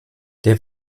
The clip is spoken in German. der